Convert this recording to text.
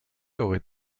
aurait